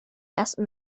ersten